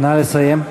נא לסיים.